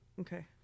Okay